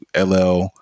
LL